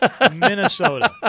Minnesota